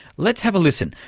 let's have a listen,